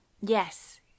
yes